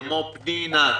כמו פנינה,